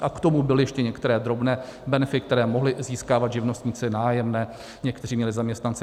A k tomu byly ještě některé drobné benefity, které mohli získávat živnostníci, nájemné, někteří měli zaměstnance atd.